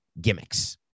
gimmicks